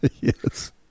Yes